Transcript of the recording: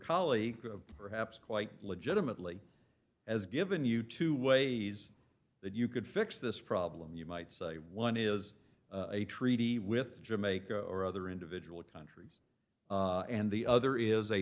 colleague perhaps quite legitimately as given you two ways that you could fix this problem you might say one is a treaty with jamaica or other individual countries and the other is a